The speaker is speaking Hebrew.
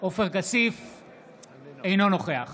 אינו נוכח